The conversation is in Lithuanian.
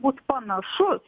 būt panašus